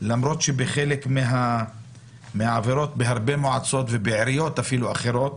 למרות שבהרבה מועצות ועיריות אחרות,